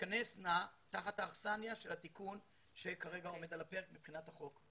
שתיכנסנה תחת האכסניא של התיקון שכרגע עומד על הפרק מבחינת החוק.